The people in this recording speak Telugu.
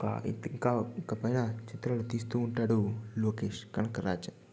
ఒక ఇంకా ఇకపైన చిత్రాలను తీస్తూ ఉంటాడు లోకేష్ కనగరాజన్